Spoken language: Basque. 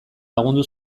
lagundu